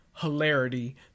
hilarity